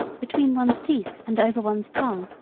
between one's teeth, and over one's tongue,